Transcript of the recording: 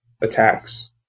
attacks